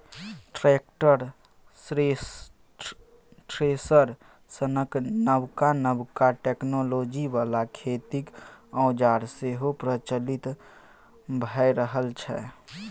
tractor, thresher सनक नबका नबका टेक्नोलॉजी बला खेतीक औजार सेहो प्रचलित भए रहल छै